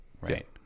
right